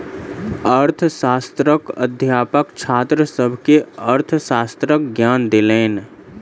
अर्थशास्त्रक अध्यापक छात्र सभ के अर्थशास्त्रक ज्ञान देलैन